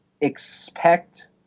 expect